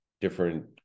different